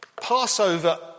Passover